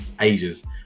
ages